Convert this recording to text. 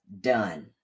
done